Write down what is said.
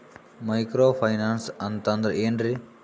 Micro finance ಅಂತಂದ್ರ ಏನ್ರೀ?